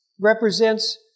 represents